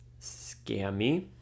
scammy